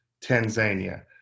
Tanzania